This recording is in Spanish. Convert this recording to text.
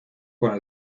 con